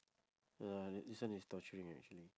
ya this one is torturing actually